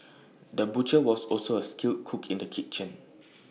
the butcher was also A skilled cook in the kitchen